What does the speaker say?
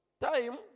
time